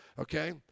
Okay